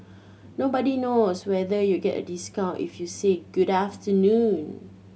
nobody knows whether you'll get a discount if you say Good afternoon